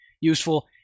useful